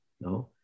no